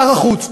שר החוץ,